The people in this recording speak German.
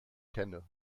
kenne